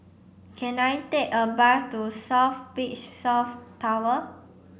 can I take a bus to South Beach South Tower